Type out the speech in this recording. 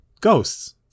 Ghosts